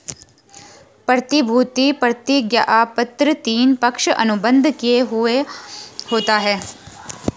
प्रतिभूति प्रतिज्ञापत्र तीन, पक्ष अनुबंध किया हुवा होता है